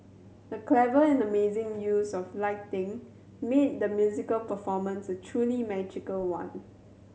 the clever and amazing use of lighting made the musical performance a truly magical one